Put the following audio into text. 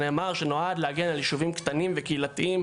שנאמר שנועד להגן על יישובים קטנים וקהילתיים,